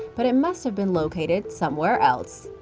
but it must've been located somewhere else.